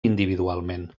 individualment